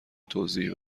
توضیح